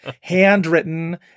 Handwritten